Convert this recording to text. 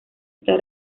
esta